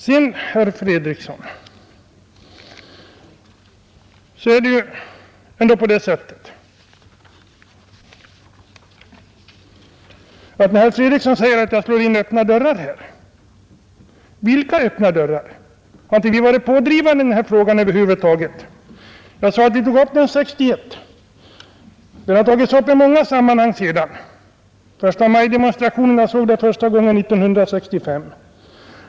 Herr Fredriksson påstår att jag slår in öppna dörrar. Vilka öppna dörrar? Har vi inte varit pådrivande i denna fråga över huvud taget? Jag sade att vi tog upp den motionsledes 1961. Den har tagits upp i många sammanhang sedan. Förstamajdemonstrationerna såg den första gången 1965.